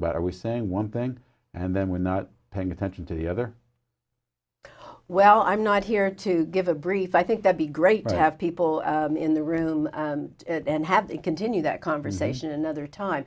about are we saying one thing and then we're not paying attention to the other well i'm not here to give a brief i think that be great to have people in the room and have to continue that conversation another time